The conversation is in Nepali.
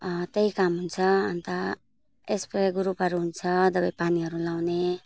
त्यही काम हुन्छ अन्त स्प्रे ग्रुपहरू हुन्छ दबाईपानीहरू लगाउने